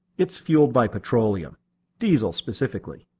it's fueled by petroleum diesel, specifically.